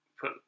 put